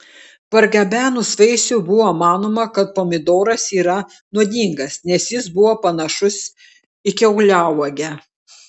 pargabenus vaisių buvo manoma kad pomidoras yra nuodingas nes jis buvo panašus į kiauliauogę